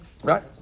Right